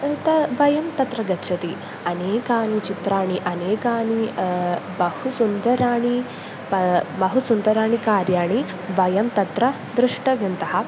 त वयं तत्र गच्छति अनेकानि चित्राणि अनेकानि बहु सुन्दराणि प बहु सुन्दराणि कार्याणि वयं तत्र दृष्टवन्तः